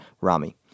Rami